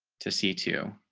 to see two